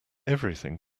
everything